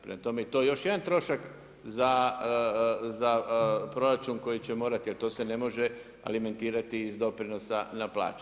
Prema tome i to je još jedan trošak za proračun koji će morati, jer to se ne može alimentirati iz doprinosa na plaću.